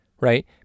right